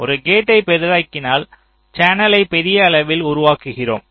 ஒரு கேட்டை பெரிதாக்கினால் சேனலை பெரிய அளவில் உருவாக்குகிறோம்